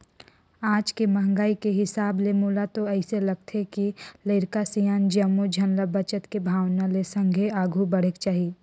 आज के महंगाई के हिसाब ले मोला तो अइसे लागथे के लरिका, सियान जम्मो झन ल बचत के भावना ले संघे आघु बढ़ेक चाही